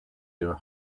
your